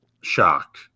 shocked